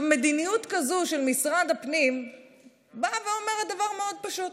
מדיניות כזו של משרד הפנים אומרת דבר מאוד פשוט: